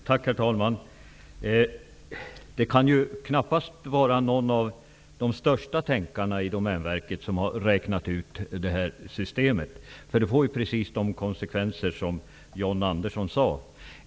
Herr talman! Det kan knappast vara någon av de största tänkarna i Domän som räknat ut det här systemet. Systemet får precis de konsekvenser som John Andersson sade.